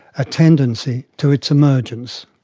a tendency to its emergence.